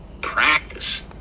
practice